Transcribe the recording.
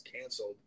canceled